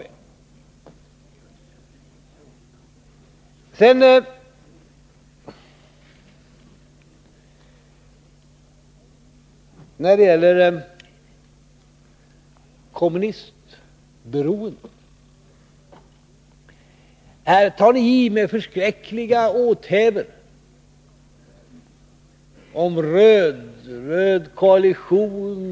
Beträffande kommunistberoendet tar ni i med förskräckliga åthävor och talar om röd-röd koalition.